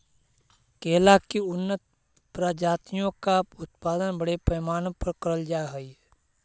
केला की उन्नत प्रजातियों का उत्पादन बड़े पैमाने पर करल जा हई